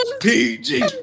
PG